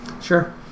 Sure